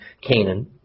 Canaan